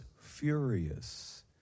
furious